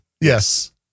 Yes